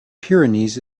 pyrenees